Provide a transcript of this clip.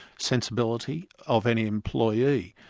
sensibility of any employee.